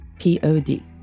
P-O-D